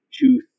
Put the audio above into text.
two